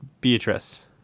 Beatrice